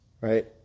Right